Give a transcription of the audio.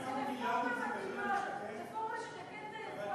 אתה יודע כמה מיליארדים זה מחיר למשתכן?